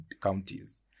counties